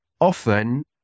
often